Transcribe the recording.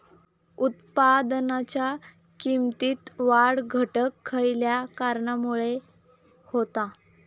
उत्पादनाच्या किमतीत वाढ घट खयल्या कारणामुळे होता?